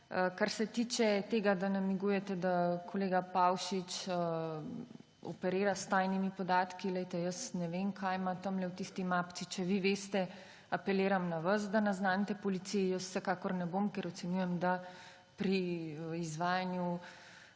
Kar se tiče tega, da namigujete, da kolega Pavšič operira s tajnimi podatki, poglejte, jaz ne vem, kaj ima tam v tisti mapici. Če vi veste, apeliram na vas, da naznanite policiji. Jaz vsekakor ne bom, ker ocenjujem, da pri izvajanju